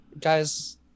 guys